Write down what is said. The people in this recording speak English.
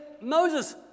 Moses